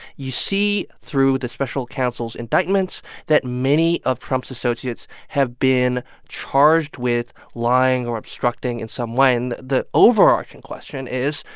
you see through the special counsel's indictments that many of trump's associates have been charged with lying or obstructing in some way. and the overarching question is,